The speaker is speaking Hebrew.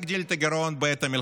הבת שלי, אמרתי קודם, בממ"ד.